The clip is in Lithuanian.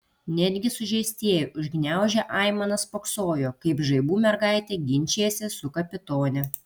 netgi sužeistieji užgniaužę aimanas spoksojo kaip žaibų mergaitė ginčijasi su kapitone